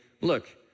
look